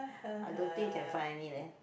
I don't think can find any leh